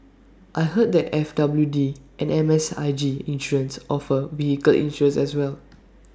I heard that F W D and M S I G insurance offer vehicle insurance as well